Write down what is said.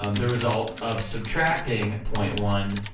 um the result of subtracting point one,